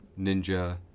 ninja